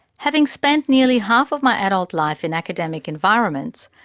having spent nearly half of my adult life in academic environments,